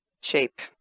shape